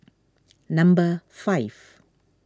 number five